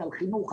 על חינוך,